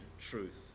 truth